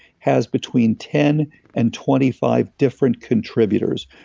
has between ten and twenty five different contributors.